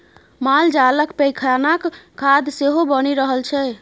मालजालक पैखानाक खाद सेहो बनि रहल छै